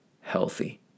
healthy